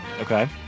Okay